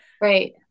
right